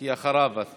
כי אחריו אתה.